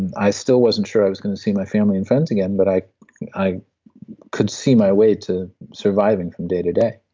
i still wasn't sure i was going to see my family and friends again, but i i could see my way to surviving from day to day